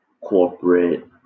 corporate